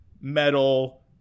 metal